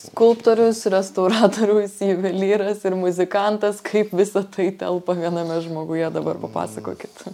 skulptorius restauratorius juvelyras ir muzikantas kaip visa tai telpa viename žmoguje dabar papasakokit